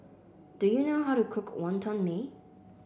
do you know how to cook Wonton Mee